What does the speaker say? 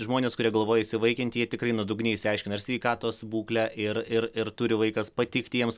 žmonės kurie galvoja įsivaikinti jie tikrai nuodugniai išsiaiškina ir sveikatos būklę ir ir ir turi vaikas patikti jiems